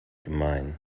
gemein